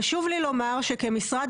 חשוב לי לומר שכמשרד,